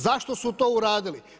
Zašto su to uradili?